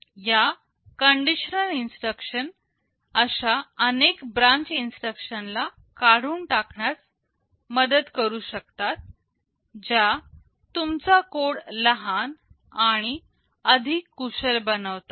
या conditional instruction अशा अनेक ब्रांच इन्स्ट्रक्शनला काढून टाकण्यास मदत करू शकतात ज्या तुमचा कोड लहान आणि अधिक कुशल बनवतात